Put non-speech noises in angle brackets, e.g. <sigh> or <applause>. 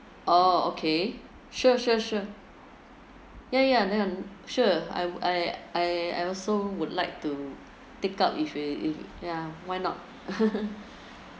orh okay sure sure sure ya ya then sure I I I I also would like to pick up if a if ya why not <laughs>